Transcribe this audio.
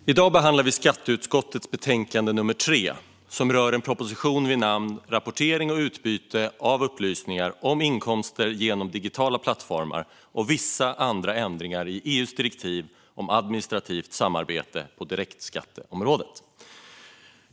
Herr talman! I dag behandlar vi skatteutskottets betänkande nummer 3, som rör en proposition vid namn Rapportering och utbyte av upplysningar om inkomster genom digitala plattformar och vissa andra ändringar i EU:s direktiv om administrativt samarbete på direktskatteområdet .